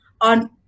on